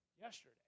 yesterday